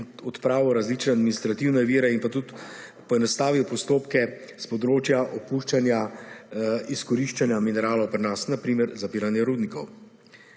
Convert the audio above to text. odpravil različne administrativne ovire, pa tudi poenostavil postopke na področju opuščanja izkoriščanja mineralov pri nas, na primer, zapiranje rudnikov.